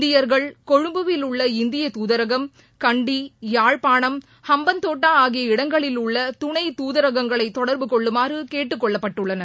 இந்தியர்கள் கொழும்புவில் உள்ள இந்திய துதரகம் கண்டி யாழ்ப்பாணம் ஹம்பன்தோட்டா ஆகிய இடங்களில் உள்ள துணை துதரகங்களை தொடர்பு கொள்ளுமாறு கேட்டுக் கொள்ளப்பட்டுள்ளனர்